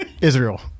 Israel